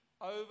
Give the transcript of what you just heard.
over